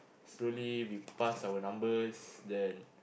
slowly we passed our numbers then